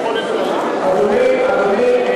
אדוני יושב-ראש,